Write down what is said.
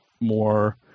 more